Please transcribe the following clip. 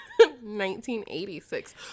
1986